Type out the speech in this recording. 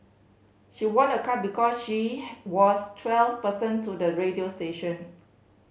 she won a car because she was twelfth person to the radio station